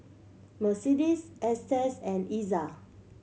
Mercedes Estes and Iza